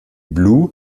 blu